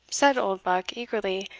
said oldbuck, eagerly,